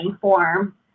form